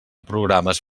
programes